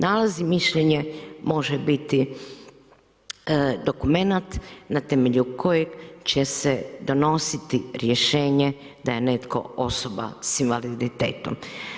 Nalaz i mišljenje može biti dokumenat na temelju kojeg će se donositi rješenje da je neko osoba s invaliditetom.